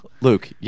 Luke